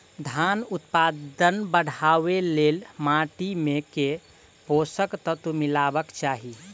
धानक उत्पादन बढ़ाबै लेल माटि मे केँ पोसक तत्व मिलेबाक चाहि?